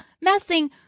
messing